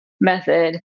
method